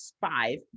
five